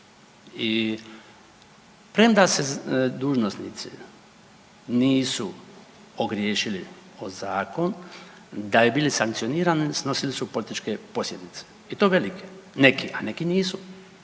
i premda se dužnosnici nisu ogriješili o zakon, da bi bili sankcionirani snosili su političke posljedice i to velike, neki a neki nisu.